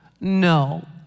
No